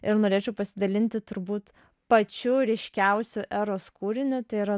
ir norėčiau pasidalinti turbūt pačiu ryškiausiu eros kūriniu tai yra